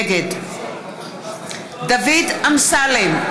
נגד דוד אמסלם,